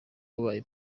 ubaye